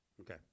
Okay